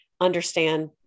understand